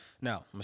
Now